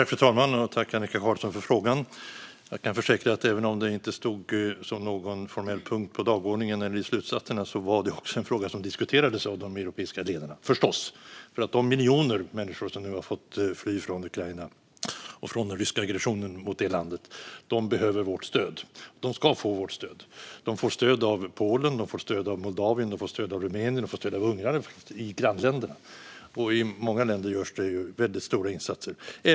Fru talman! Jag tackar Annika Qarlsson för frågan. Jag kan försäkra att även om frågan inte stod som någon formell punkt på dagordningen eller fanns med i slutsatserna var det förstås en fråga som diskuterades av de europeiska ledarna, för de miljoner människor som nu har fått fly från Ukraina och den ryska aggressionen mot landet behöver vårt stöd. De ska få vårt stöd. De får stöd av Polen. De får stöd av Moldavien. De får stöd av Rumänien. De får stöd i grannländerna. I många länder görs det väldigt stora insatser.